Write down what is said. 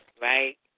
Right